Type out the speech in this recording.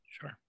Sure